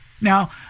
Now